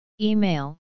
Email